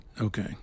Okay